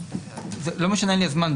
לא משנה לי הזמן.